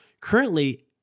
currently